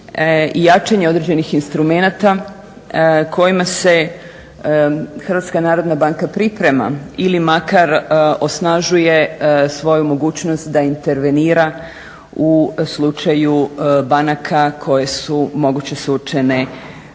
jačanje određenih instrumenata kojima se HNB priprema ili makar osnažuje svoju mogućnost da intervenira u slučaju banaka koje su moguće suočene